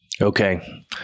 okay